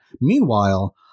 Meanwhile